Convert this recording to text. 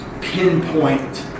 pinpoint